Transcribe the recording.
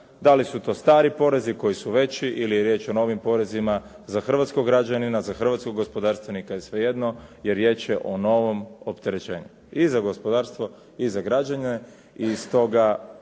Da li su to stari porezi koji su veći ili je riječ o novim porezima za hrvatskog građanina, za hrvatskog gospodarstvenika je svejedno jer riječ je o novom opterećenju i za gospodarstvo i za građenje